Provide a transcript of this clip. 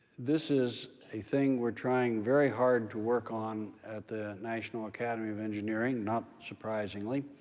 this is a thing we're trying very hard to work on at the national academy of engineering, not surprisingly.